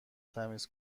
تمیز